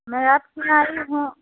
मैं रात में आई हूँ